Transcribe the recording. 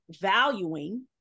valuing